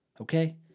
okay